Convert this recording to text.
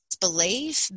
believe